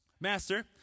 Master